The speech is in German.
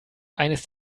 eines